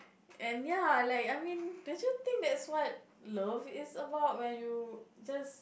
and ya like I mean don't you think that's what love is about when you just